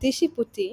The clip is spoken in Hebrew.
ובלתי שיפוטי